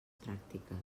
pràctiques